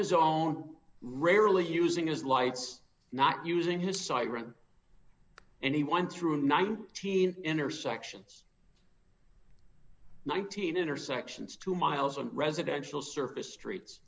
his own rarely using his lights not using his siren and he went through nineteen intersections nineteen intersections two miles on residential surface streets